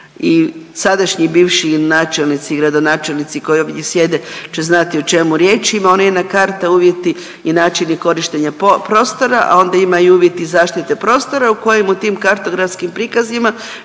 i sadašnji i bivši načelnici i gradonačelnici koji ovdje sjede će znati o čemu je riječ, ima ona jedna karta uvjeti i načini korištenja prostora, a onda ima i uvjeti zaštite prostora u kojem u tim kartografskim prikazima